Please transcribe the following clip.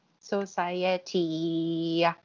Society